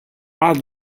are